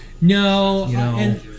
No